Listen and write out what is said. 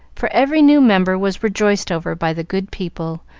for every new member was rejoiced over by the good people,